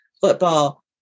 football